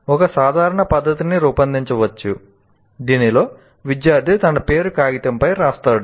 ఒక సాధారణ పద్ధతిని రూపొందించవచ్చు దీనిలో విద్యార్థి తన పేరును కాగితంపై వ్రాస్తాడు